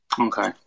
Okay